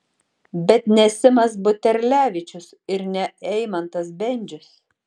bet ne simas buterlevičius ir ne eimantas bendžius